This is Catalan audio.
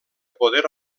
poder